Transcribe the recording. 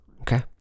Okay